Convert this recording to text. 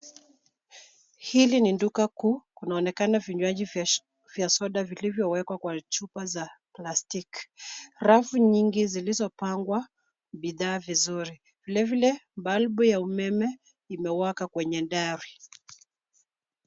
Hili ni duka kuu. Kunaonekana vinywaji vya soda vilivyowekwa kwa chupa za plastiki. Rafu nyingi zilizopangwa bidhaa vizuri. Vilevile balbu ya umeme imewaka kwenye dari.